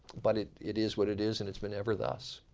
but it it is what it is, and it's been ever thus.